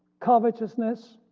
covetousness,